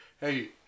hey